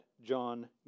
John